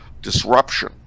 disruption